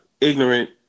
ignorant